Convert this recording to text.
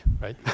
right